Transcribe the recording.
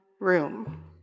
room